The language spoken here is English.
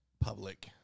public